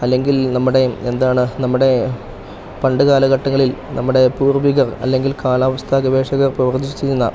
അല്ലെങ്കിൽ നമ്മുടെ എന്താണ് നമ്മുടെ പണ്ട് കാലഘട്ടങ്ങളിൽ നമ്മുടെ പൂർവികർ അല്ലെങ്കിൽ കാലാവസ്ഥാ ഗവേഷകർ പ്രവചിച്ചിരുന്ന